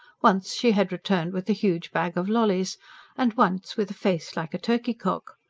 once, she had returned with a huge bag of lollies and once, with a face like a turkey-cock.